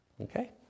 Okay